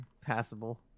passable